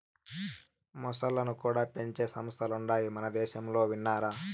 మొసల్లను కూడా పెంచే సంస్థలుండాయి మనదేశంలో విన్నారా